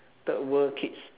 third world kids